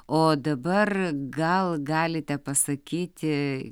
o dabar gal galite pasakyti